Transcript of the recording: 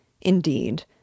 Indeed